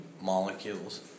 molecules